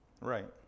Right